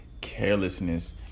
carelessness